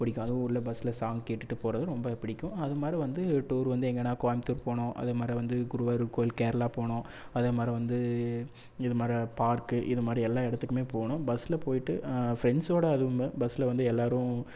பிடிக்கும் அதுவும் உள்ளே பஸ்ஸில் சாங் கேட்டுகிட்டு போகிறது ரொம்ப பிடிக்கும் அது மாதிரி வந்து டூர் வந்து எங்கனா கோயம்புத்தூர் போனோம் அது மாதிரி வந்து குருவாயூர் கோவில் கேரளா போனோம் அதே மாதிரி வந்து இது மாதிரி பார்க்கு இது மாதிரியெல்லாம் இடத்துக்குமே போனோம் பஸ்ஸில் போய்ட்டு ஃப்ரெண்ட்ஸோட அதுவும் பஸ்ஸில் வந்து எல்லோரும்